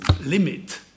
limit